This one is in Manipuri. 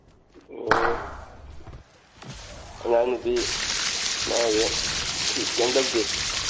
ꯎꯝ ꯑꯉꯥꯡ ꯅꯨꯕꯤꯅ ꯍꯌꯦꯡ ꯀꯩꯝ ꯇꯧꯗꯦ